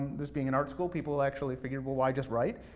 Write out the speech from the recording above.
this being an art school, people actually figured well, why just write?